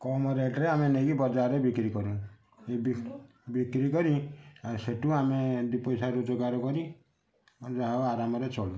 କମ୍ ରେଟରେ ଆମେ ନେଇକି ବଜାରରେ ବିକ୍ରୀ କରୁ ବିକ୍ରୀ କରି ସେଇଠୁ ଆମେ ଦୁଇ ପଇସା ରୋଜଗାର କରି ଯାହା ହଉ ଆରାମରେ ଚଳୁ